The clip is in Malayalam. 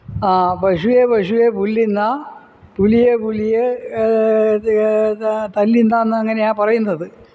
പശുവേ പശുവേ പുല്ലിന്നാ പുലിയെ പുലിയെ തല്ലിന്നാ എന്നങ്ങനെയാ പറയുന്നത്